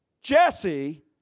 Jesse